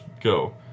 go